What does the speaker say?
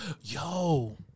Yo